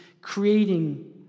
creating